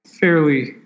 fairly